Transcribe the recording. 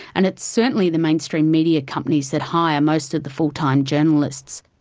and it's certainly the mainstream media companies that hire most of the full-time journalists.